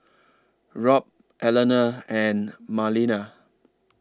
Robt Eleanor and Marlena